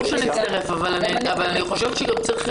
ברור שאני אצטרף, אבל אני חושבת שגם צריך